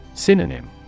Synonym